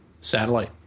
Satellite